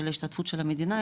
של ההשתתפות של המדינה,